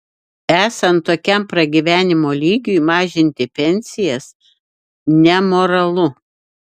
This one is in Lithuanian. esant tokiam pragyvenimo lygiui mažinti pensijas nemoralu